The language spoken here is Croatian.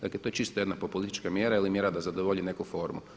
Dakle, to je čisto jedna populistička mjera ili mjera da zadovolji neku formu.